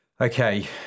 okay